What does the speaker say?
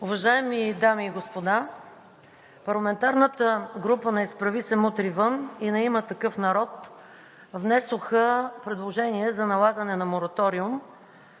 Уважаеми дами и господа, парламентарната група на „Изправи се! Мутри вън!“ и на „Има такъв народ“ внесоха предложение за налагане на мораториум